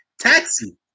Taxi